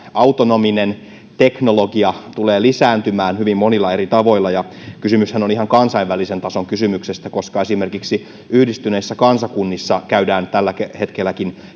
autonominen teknologia tulee lisääntymään hyvin monilla eri tavoilla ja kysymyshän on ihan kansainvälisen tason kysymyksestä koska esimerkiksi yhdistyneissä kansakunnissa käydään tälläkin hetkellä